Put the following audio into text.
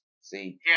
See